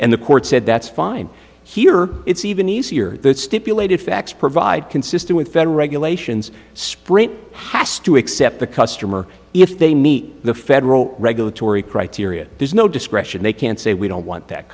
and the court said that's fine here it's even easier stipulated facts provide consistent federal regulations sprint has to accept the customer if they meet the federal regulatory criteria there's no discretion they can't say we don't want that